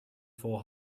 four